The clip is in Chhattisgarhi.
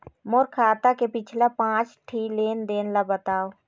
मोर खाता के पिछला पांच ठी लेन देन ला बताव?